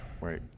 Right